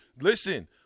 Listen